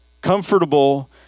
Comfortable